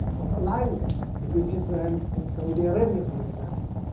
of alignments between israel and saudi arabia, for example,